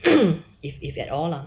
if if at all lah